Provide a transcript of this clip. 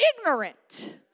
ignorant